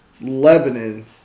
Lebanon